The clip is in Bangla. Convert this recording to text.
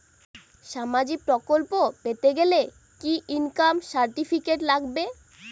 সামাজীক প্রকল্প পেতে গেলে কি ইনকাম সার্টিফিকেট লাগবে?